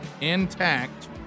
intact